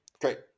great